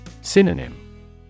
Synonym